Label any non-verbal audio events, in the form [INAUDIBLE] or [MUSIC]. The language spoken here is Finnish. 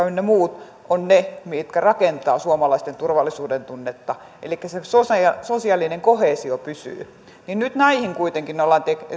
[UNINTELLIGIBLE] ynnä muut ovat ne mitkä rakentavat suomalaisten turvallisuudentunnetta elikkä se sosiaalinen koheesio pysyy niin nyt näihin kuitenkin ollaan